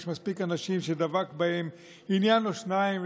יש מספיק אנשים שדבק בהם עניין או שניים,